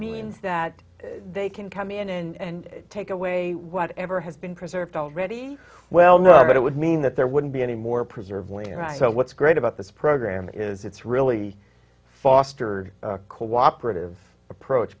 mean that they can come in and take away whatever has been preserved already well no but it would mean that there wouldn't be any more preserved land so what's great about this program is it's really fostered a cooperative approach